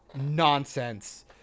nonsense